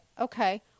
okay